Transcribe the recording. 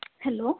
hello